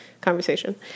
conversation